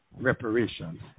reparations